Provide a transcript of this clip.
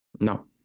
No